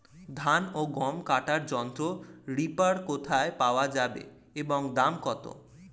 ধান ও গম কাটার যন্ত্র রিপার কোথায় পাওয়া যাবে এবং দাম কত?